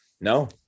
no